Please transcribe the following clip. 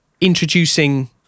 introducing